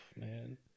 man